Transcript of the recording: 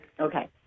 Okay